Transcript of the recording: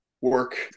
work